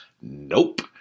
Nope